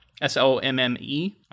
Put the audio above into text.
S-O-M-M-E